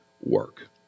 work